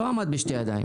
לא עמד בשתי ידיים.